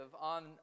on